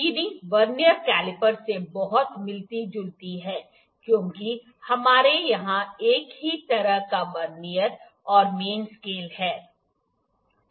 reading vernier caliper से बहुत मिलती जुलती है क्योंकि हमारे यहाँ एक ही तरह का वर्नियर और मेन स्केल है